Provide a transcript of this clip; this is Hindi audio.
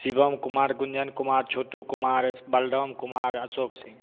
शिवम कुमार गुंजन कुमार छोटू कुमार बलराम कुमार अशोक सिंह